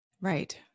Right